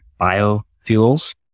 biofuels